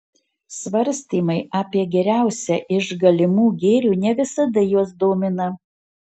svarstymai apie geriausią iš galimų gėrių ne visada juos domina